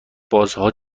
بازها